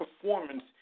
performance